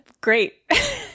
Great